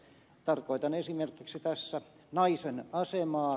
tarkoitan esimerkiksi tässä naisen asemaa